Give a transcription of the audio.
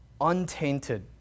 untainted